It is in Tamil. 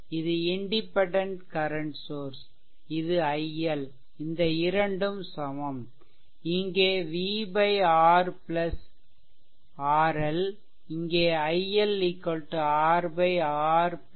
இது இண்டிபெண்டென்ட் கரன்ட் சோர்ஸ் இது iL இந்த இரண்டும் சமம் இங்கே v RRL இங்கே iL R RRL X i